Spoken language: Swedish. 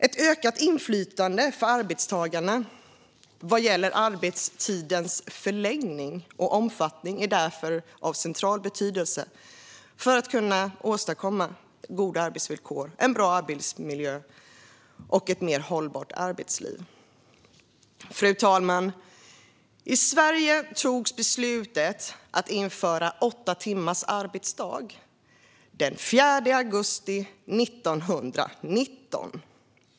Ett ökat inflytande för arbetstagarna vad gäller arbetstidens förläggning och omfattning är därför av central betydelse för att åstadkomma goda arbetsvillkor, en bra arbetsmiljö och ett mer hållbart arbetsliv. Fru talman! I Sverige togs beslutet att införa åtta timmars arbetsdag den 4 augusti 1919.